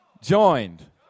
Joined